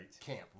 camp